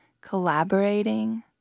collaborating